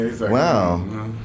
Wow